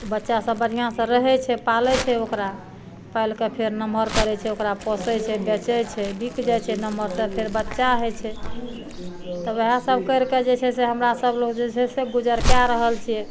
बच्चा सब बढ़िऑं सऽ रहै छै पालै छै ओकरा पालि कऽ फेर नम्हर करै छै ओकरा फेर ओकरा पोसै छै बेचै छै बिक जाइ छै नम्हर तऽ फेर बच्चा होइ छै तब उहए सब करि कऽ जे छै से हमरा सब लोग जे छै से गुजर कए रहल छियै